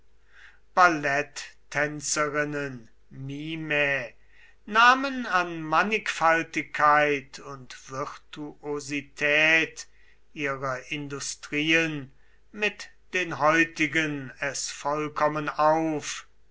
tapet ballettänzerinnen mimae nahmen an mannigfaltigkeit und virtuosität ihrer industrien mit den heutigen es vollkommen auf